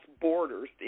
borders